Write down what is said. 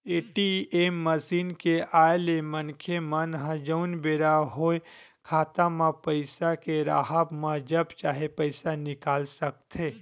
ATM machine के आय ले मनखे मन ह जउन बेरा होय खाता म पइसा के राहब म जब चाहे पइसा निकाल सकथे